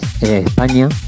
España